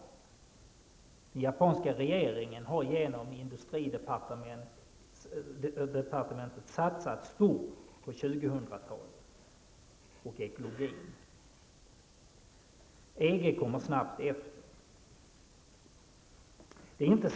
Den japanska regeringen har genom industridepartementet satsat stort på 2000-talet och ekologin. EG kommer snabbt efter.